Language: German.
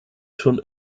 schon